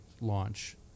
launch